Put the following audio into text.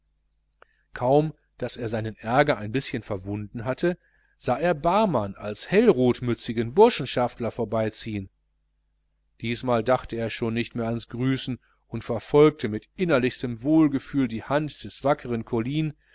kaum daß er seinen ärger ein bischen verwunden hatte sah er barmann als hellrotmützigen burschenschafter vorüberziehen diesmal dachte er schon nicht mehr ans grüßen und verfolgte mit innerlichstem wohlgefühl die hand des wackeren colline